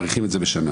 נשמע את כולם,